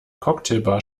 cocktailbar